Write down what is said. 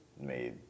made